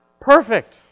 perfect